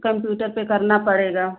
computer पर करना पड़ेगा